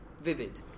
vivid